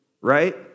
right